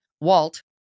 Walt